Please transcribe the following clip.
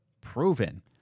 proven